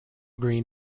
green